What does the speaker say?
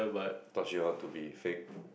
taught you all to be fake